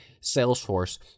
Salesforce